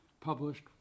published